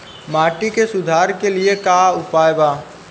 माटी के सुधार के लिए का उपाय बा?